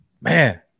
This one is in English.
Man